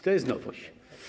To jest nowość.